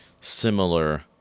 similar